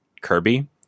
Kirby